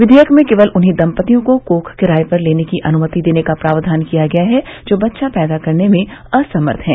विधेयक में केवल उन्हीं दम्पतियों को कोख किराए पर लेने की अनुमति देने का प्रावधान किया गया है जो बच्चा पैदा करने में असमर्थ हैं